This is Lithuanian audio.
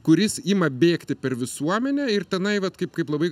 kuris ima bėgti per visuomenę ir tenai vat kaip kaip labai